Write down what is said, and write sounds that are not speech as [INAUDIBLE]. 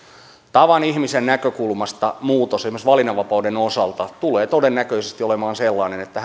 tavan ihmisen näkökulmasta muutos esimerkiksi valinnanvapauden osalta tulee todennäköisesti olemaan sellainen että [UNINTELLIGIBLE]